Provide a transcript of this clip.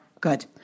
good